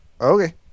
Okay